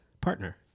partner